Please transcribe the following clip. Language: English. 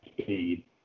speed